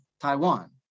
Taiwan